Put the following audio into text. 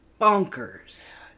bonkers